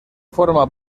forma